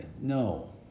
No